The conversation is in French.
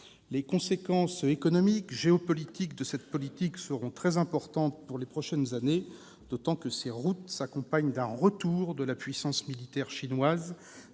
Les conséquences économiques et géopolitiques de ce programme seront très importantes dans les prochaines années, d'autant que ces « routes » s'accompagnent d'un retour de la puissance militaire chinoise,